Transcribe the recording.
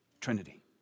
trinity